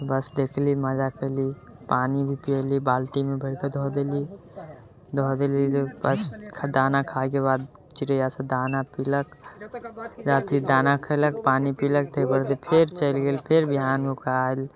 तऽ बस देखली मजा कएली पानी भी पिएली बाल्टीमे भरि कऽ धऽ देली धऽ देली तऽ दाना खाइके बाद चिड़ैआसब दाना पिलक जा अथी दाना खइलक पानी पिलक ताहि परसँ फेर चलि गेल फेर बिहान होके आएल